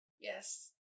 Yes